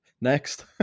Next